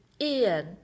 Ian